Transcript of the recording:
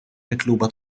mitluba